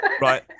Right